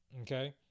Okay